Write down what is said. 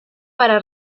para